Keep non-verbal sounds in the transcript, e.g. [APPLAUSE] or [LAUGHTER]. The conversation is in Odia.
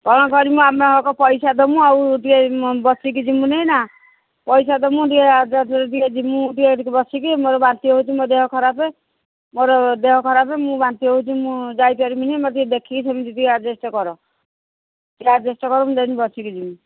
କ'ଣ କରିବୁ ମୁଁ ଆମେ ପଇସା ଦେବୁ ଆଉ ଟିକେ ବସିକି ଯିବୁନି ନା ପଇସା ଦେବୁ ଟିକେ [UNINTELLIGIBLE] ମୁଁ ଟିକେ ଟିକେ ବସିକି ମୋର ବାନ୍ତି ହେଉଛି ମୋ ଦେହ ଖରାପ ମୋର ଦେହ ଖରାପ ମୋର ବାନ୍ତି ହେଉଛି ମୁଁ ଯାଇପାରିବିନି ମୋତେ ଟିକେ ଦେଖିକି ସେମିତି ଟିକେ ଆଡଜଷ୍ଟ କର ଟିକେ ଆଡଜଷ୍ଟ କର ମୁଁ ଯିବି ବସିକି ଯିବି